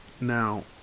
now